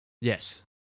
Yes